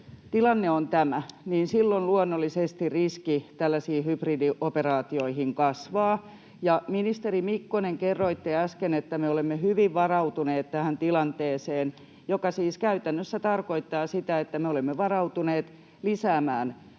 tilanne on tämä, niin silloin luonnollisesti riski tällaisiin hybridioperaatioihin kasvaa. Ja, ministeri Mikkonen, kerroitte äsken, että me olemme hyvin varautuneet tähän tilanteeseen, mikä siis käytännössä tarkoittaa sitä, että me olemme varautuneet lisäämään